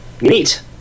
Neat